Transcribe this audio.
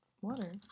Water